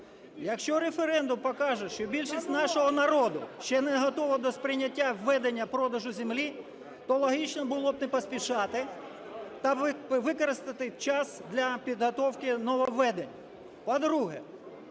Якщо референдум покаже, що більшість нашого народу ще не готова до сприйняття введення продажу землі, то логічно було б не поспішати та використати час для підготовки нововведень.